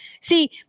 See